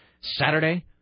Saturday